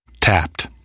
Tapped